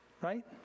Right